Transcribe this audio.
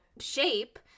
shape